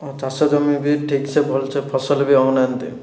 ଆଉ ଚାଷ ଜମି ବି ଠିକ୍ସେ ଭଲସେ ଫସଲ ବି ହେଉନାହାନ୍ତି